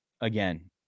again